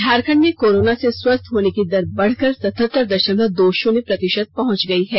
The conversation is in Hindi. झारखंड में कोरोना से स्वस्थ होने की दर बढ़कर सतहतर दशमलव दो शून्य प्रतिशत पहुंच गई है